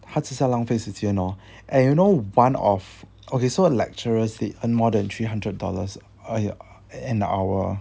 他只是要浪费时间 lor and you know [one] of okay so lecturers they earn more than three hundred dollars a an hour